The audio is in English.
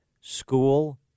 school